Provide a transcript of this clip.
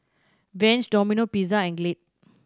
Vans Domino Pizza and Glade